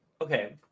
okay